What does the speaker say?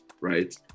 Right